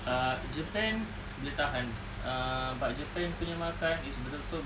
uh japan boleh tahan uh but japan punya makan is betul-betul